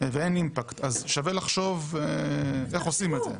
ואין אימפקט, אז שווה לחשוב איך עושים את זה.